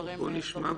בואו נשמע.